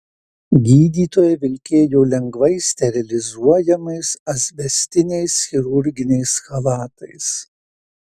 gydytojai vilkėjo lengvai sterilizuojamais asbestiniais chirurginiais chalatais